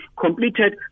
completed